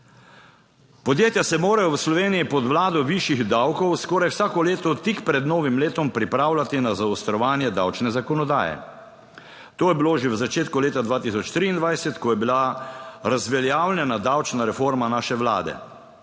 Podjetja se morajo v Sloveniji pod vlado višjih davkov skoraj vsako leto tik pred novim letom pripravljati na zaostrovanje davčne zakonodaje. To je bilo že v začetku leta 2023, ko je bila razveljavljena davčna reforma naše vlade.